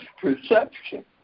perception